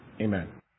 Amen